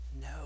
No